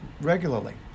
regularly